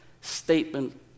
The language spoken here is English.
statement